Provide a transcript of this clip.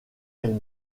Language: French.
elle